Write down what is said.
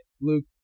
Luke